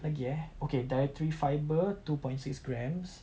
lagi eh okay dietary fiber two point six grams